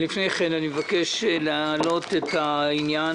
מבקש להעלות את העניין